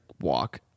walk